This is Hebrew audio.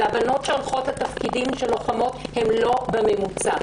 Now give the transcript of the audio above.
הבנות שהולכות לתפקידים של לוחמות הן לא בממוצע.